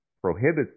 prohibits